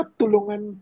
tulungan